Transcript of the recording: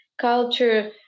culture